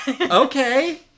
Okay